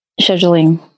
scheduling